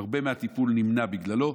הרבה מהטיפול נמנע בגללו,